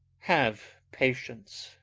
have patience,